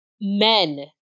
men